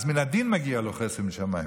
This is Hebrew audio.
אז מן הדין מגיע לו חסד משמיים.